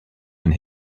and